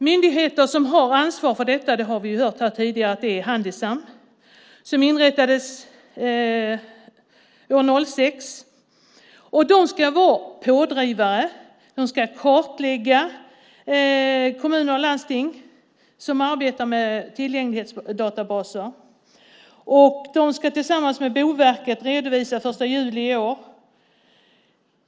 Myndigheten som har ansvar för detta är, som vi hört här tidigare, Handisam som inrättades år 2006. De ska vara pådrivare. De ska kartlägga hur kommuner och landsting arbetar med tillgänglighetsdatabaser. De ska tillsammans med Boverket lämna en redovisning den 1 juli i år.